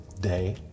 Day